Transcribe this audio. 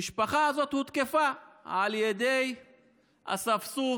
המשפחה הזאת הותקפה על ידי אספסוף